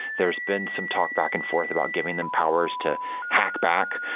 there's been some talk back and forth about giving them powers to hack back,